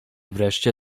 wreszcie